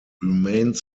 remained